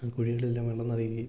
ആ കുഴികളിലെല്ലാം വെള്ളം നിറയുകയും